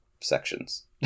sections